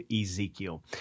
Ezekiel